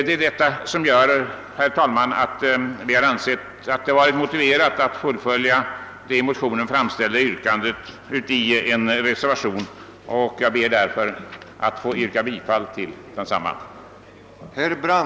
Allt detta gör, herr talman, att vi från moderata samlingspartiet har ansett det motiverat att genom en reservation full följa det i de likalydande motionerna framförda yrkandet, och jag ber att få yrka bifall till reservationen.